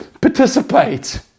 participate